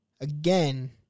Again